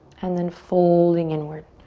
and then folding inward.